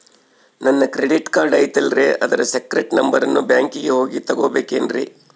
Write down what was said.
ನನ್ನ credit card ಐತಲ್ರೇ ಅದರ ಸೇಕ್ರೇಟ್ ನಂಬರನ್ನು ಬ್ಯಾಂಕಿಗೆ ಹೋಗಿ ತಗೋಬೇಕಿನ್ರಿ?